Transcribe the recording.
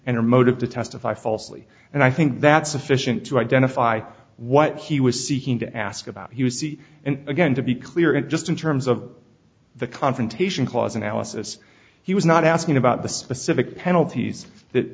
and her motive to testify falsely and i think that sufficient to identify what he was seeking to ask about he would see and again to be clear and just in terms of the confrontation clause analysis he was not asking about the specific penalties that